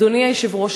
אדוני היושב-ראש,